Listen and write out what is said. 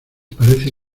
parece